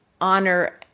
honor